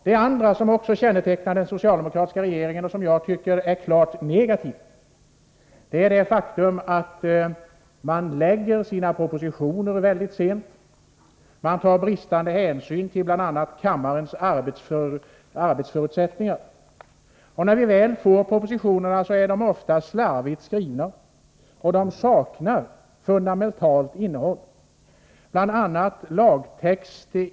Det andra som känntecknar den socialdemokratiska regeringen och som jag tycker är klart negativt är det faktum att den lägger fram sina propositioner väldigt sent. Bristande hänsyn tas till kammarens arbetsförutsättningar. När vi väl får propositionerna, är de ofta slarvigt skrivna, och de saknar fundamentalt innehåll.